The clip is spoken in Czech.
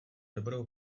dobrou